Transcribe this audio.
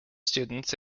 students